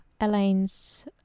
Elaine's